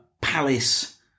Palace